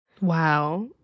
Wow